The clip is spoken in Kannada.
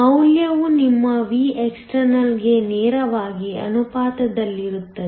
ಮೌಲ್ಯವು ನಿಮ್ಮ Vext ಗೆ ನೇರವಾಗಿ ಅನುಪಾತದಲ್ಲಿರುತ್ತದೆ